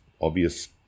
obvious